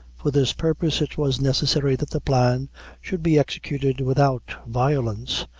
for this purpose, it was necessary that the plan should be executed without violence,